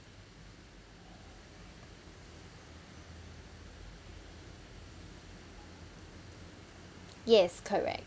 yes correct